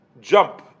jump